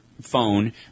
phone